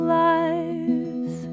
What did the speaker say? lives